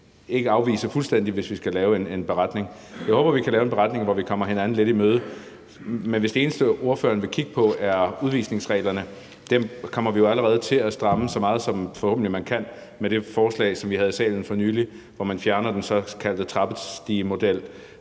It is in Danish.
Jeg håber, vi kan lave en beretning, hvor vi kommer hinanden lidt i møde. Men hvis det eneste, ordføreren vil kigge på, er udvisningsreglerne, kommer vi jo allerede til at stramme dem så meget, som man forhåbentlig kan, med det forslag, vi havde i salen for nylig, hvor man fjerner den såkaldte trappestigemodel.